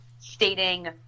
stating